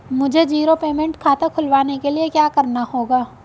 मुझे zero payment खाता खुलवाने के लिए क्या करना होगा?